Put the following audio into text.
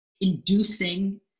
inducing